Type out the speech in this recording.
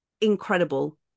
incredible